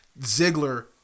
Ziggler